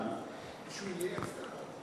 מישהו ייעץ לך.